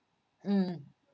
mm